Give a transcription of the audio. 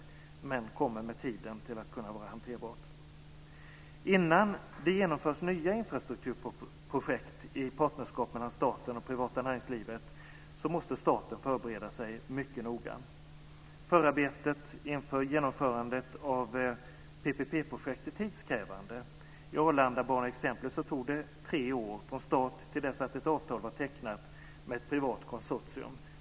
Men detta kommer med tiden att vara hanterbart. Innan det genomförs nya infrastrukturprojekt i partnerskap mellan staten och det privata näringslivet måste staten förbereda sig mycket noga. Förarbetet inför genomförandet av PPP-projekt är tidskrävande. I exemplet med Arlandabanan tog det tre år från start till dess att ett avtal var tecknat med ett privat konsortium.